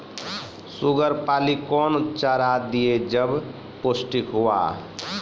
Sugar पाली कौन चार दिय जब पोस्टिक हुआ?